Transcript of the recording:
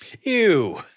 Ew